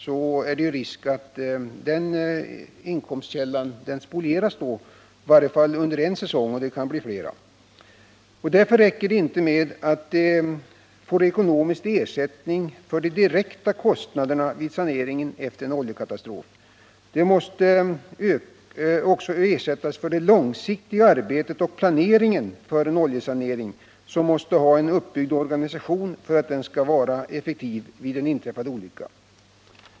Det är risk för att den inkomstkällan spolieras vid en sådan här olycka -—i varje fall under en säsong, och det kan bli fler. Därför räcker det inte med att kommunerna får ekonomisk ersättning för de direkta kostnaderna vid saneringen efter en oljekatastrof. De måste också ersättas för det långsiktiga arbetet och planeringen för en oljesanering. Kommunerna måste ha en uppbyggd organisation för att saneringen skall bli effektiv vid en inträffad olycka.